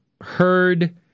heard